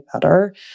better